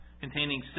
containing